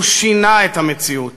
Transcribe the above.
הוא שינה את המציאות.